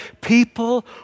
people